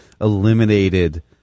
eliminated